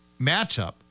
matchup